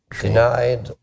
denied